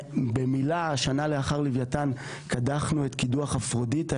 שנה לאחר לווייתן קדחנו את קידוח אפרודיטה.